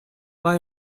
bei